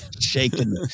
shaking